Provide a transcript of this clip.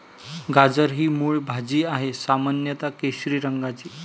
गाजर ही मूळ भाजी आहे, सामान्यत केशरी रंगाची